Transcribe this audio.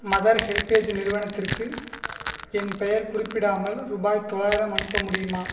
mother HelpAge நிறுவனத்துக்கு என் பெயர் குறிப்பிடாமல் ரூபாய் தொள்ளாயிரம் அனுப்ப முடியுமா